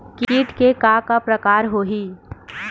कीट के का का प्रकार हो होही?